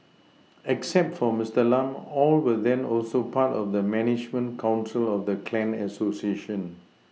except for Mister Lam all were then also part of the management council of the clan Association